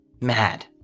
mad